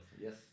Yes